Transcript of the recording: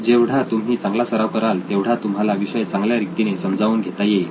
जेवढा तुम्ही चांगला सराव कराल तेवढा तुम्हाला विषय चांगल्या रीतीने समजावून घेता येईल